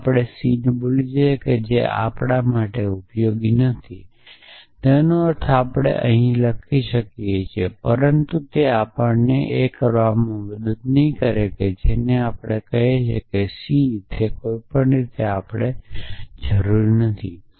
ચાલો આપણે c ને ભૂલીએ જે આપણા માટે ઉપયોગી નથી તેનો અર્થ છે કે આપણે તે લખી શકીએ છીએ પરંતુ તે આપણને એ કરવામાં મદદ કરશે નહીં અને તે કહે છે કે તે c છે ત્યાં કોઈ પણ રીતે આપણે તેની જરૂર નથી